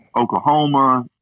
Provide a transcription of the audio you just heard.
Oklahoma